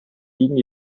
ging